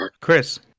Chris